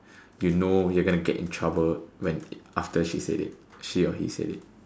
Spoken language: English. you know your gonna get in trouble after she said it he or she said it